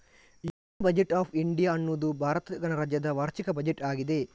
union budget of India ಅನ್ನುದು ಭಾರತ ಗಣರಾಜ್ಯದ ವಾರ್ಷಿಕ ಬಜೆಟ್ ಆಗಿದೆ